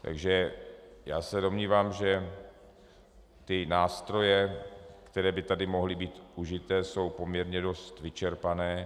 Takže já se domnívám, že nástroje, které by tady mohly být užity, jsou poměrně dost vyčerpané.